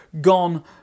gone